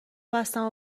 بستم